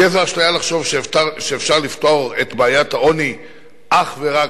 תהיה זו אשליה לחשוב שאפשר לפתור את בעיית העוני אך ורק